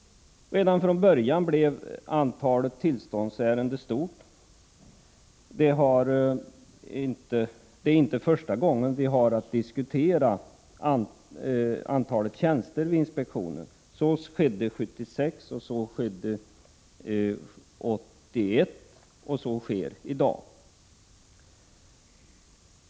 Redan från början blev antalet tillståndsärenden stort. Det är inte första gången vi har att diskutera frågan om antalet tjänster vid inspektionen. Så skedde 1976. Så skedde 1981, och så sker i dag.